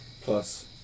plus